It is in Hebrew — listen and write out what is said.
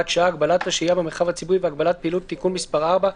שעה) (הגבלת השהייה במרחב הציבורי והגבלת פעילות) (תיקון מס' 4),